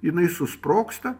jinai susprogsta